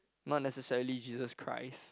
not necessarily Jesus Christ